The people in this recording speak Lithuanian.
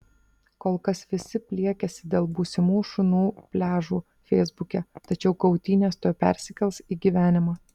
kol kas visi pliekiasi dėl būsimų šunų pliažų feisbuke tačiau kautynės tuoj persikels į gyvenimą